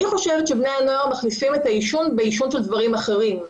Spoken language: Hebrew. אני חושבת שבני הנוער מכניסים את העישון בדברים אחרים.